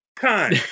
time